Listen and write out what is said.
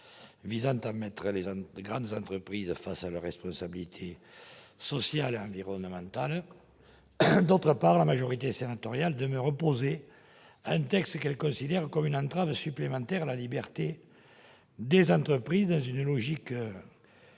visant à mettre les grandes entreprises face à leurs responsabilités sociales et environnementales ; d'autre part, la majorité sénatoriale demeure opposée à un texte qu'elle considère comme une entrave supplémentaire à la liberté des entreprises, dans une logique jugée